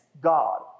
God